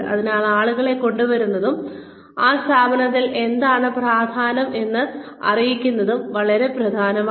അതിനാൽ ആളുകളെ കൊണ്ടുവരുന്നതും ആ സ്ഥാപനത്തിൽ എന്താണ് പ്രധാനം എന്ന് അവരെ അറിയിക്കുന്നതും വളരെ പ്രധാനമാണ്